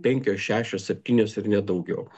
penkios šešios septynios ir ne daugiau